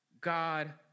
God